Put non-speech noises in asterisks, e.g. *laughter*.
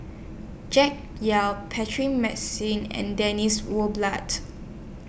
Jack Yao *unintelligible* and Dennis War blood